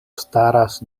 staras